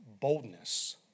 boldness